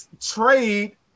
trade